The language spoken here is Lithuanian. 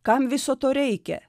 kam viso to reikia